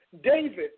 David